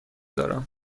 دارم